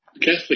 Catholic